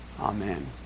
Amen